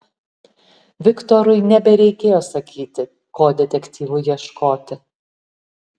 viktorui nebereikėjo sakyti ko detektyvui ieškoti